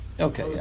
Okay